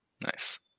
Nice